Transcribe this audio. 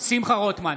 שמחה רוטמן,